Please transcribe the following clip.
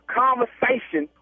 conversation